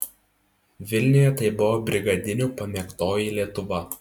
vilniuje tai buvo brigadinių pamėgtoji lietuva